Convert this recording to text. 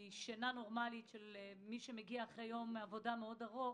משינה נורמלית של מי שמגיע אחרי יום עבודה מאד ארוך